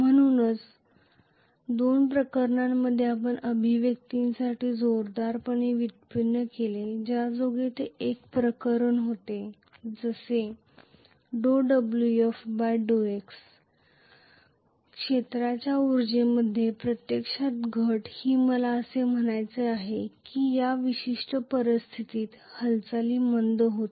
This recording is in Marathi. म्हणूनच दोन प्रकरणांमध्ये आम्ही फोर्स साठी अभिव्यक्ती मिळवली एका प्रकरणात ते होते जसे ∂Wf∂x क्षेत्राच्या उर्जेमध्ये प्रत्यक्षात घट ही मला असे म्हणायचे आहे की या विशिष्ट परिस्थितीत हालचाली मंद होती